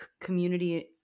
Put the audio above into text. community